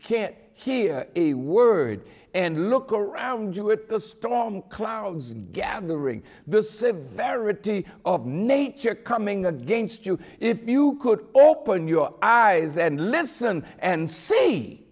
can hear a word and look around you at the storm clouds gathering the severity of nature coming against you if you could open your eyes and listen and see